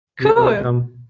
Cool